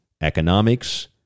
economics